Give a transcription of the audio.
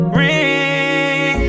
ring